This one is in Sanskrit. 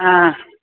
ह